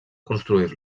construir